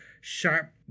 sharp